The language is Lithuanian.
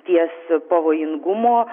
ties pavojingumo